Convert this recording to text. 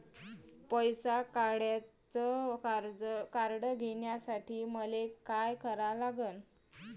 पैसा काढ्याचं कार्ड घेण्यासाठी मले काय करा लागन?